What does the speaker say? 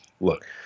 look